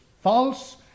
false